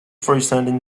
freestanding